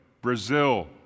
Brazil